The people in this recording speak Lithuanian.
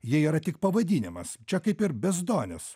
jie yra tik pavadinimas čia kaip ir bezdonys